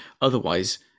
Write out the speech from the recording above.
Otherwise